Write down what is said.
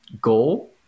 goal